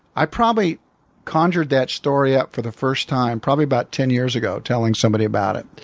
i probably conjured that story up for the first time probably about ten years ago, telling somebody about it.